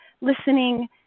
listening